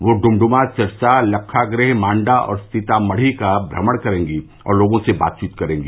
वह इमइमा सिरसा लक्खागृह मांडा और सीतामढ़ी का भ्रमण करेंगी और लोगों से बातचीत करेंगी